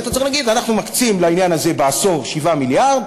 היית צריך להגיד: אנחנו מקצים לעניין הזה בעשור 7 מיליארד,